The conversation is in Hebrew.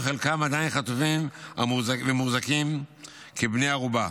וחלקם עדיין חטופים ומוחזקים כבני ערובה.